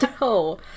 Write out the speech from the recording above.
No